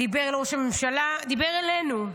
דיבר אל ראש הממשלה, דיבר אלינו.